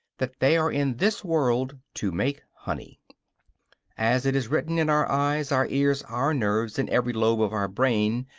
that they are in this world to make honey as it is written in our eyes, our ears, our nerves, in every lobe of our brain,